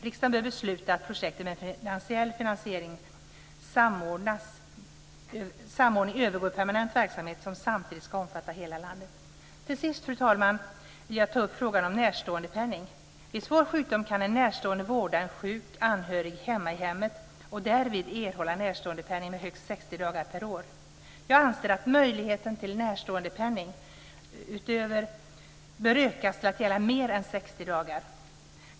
Riksdagen bör besluta att projekten med lokal finansiell samordning övergår i permanent verksamhet som samtidigt ska omfatta hela landet. Fru talman! Till sist vill jag ta upp frågan om närståendepenning. Vid svår sjukdom kan en närstående vårda en svårt sjuk anhörig i hemmet och därvid erhålla närståendepenning under högst 60 dagar per år. Jag anser att möjligheten till närståendepenning bör utökas till att gälla mer än 60 dagar per år.